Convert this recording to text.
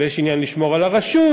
ויש עניין לשמור על הרשות,